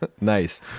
Nice